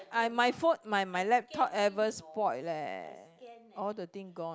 I my phone my my laptop ever spoiled leh all the thing gone